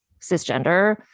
cisgender